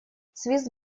свист